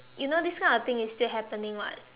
you know this kind of thing is still happening [what]